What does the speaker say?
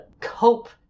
cope